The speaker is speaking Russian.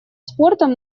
спортом